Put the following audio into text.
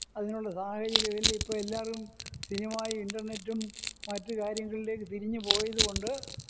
അതിനുള്ള സാഹചര്യം ഇല്ല ഇപ്പം എല്ലാവരും സിനിമയും ഇന്റെര്നെറ്റും മറ്റ് കാര്യങ്ങളിലേക്ക് തിരിഞ്ഞുപോയതുകൊണ്ട്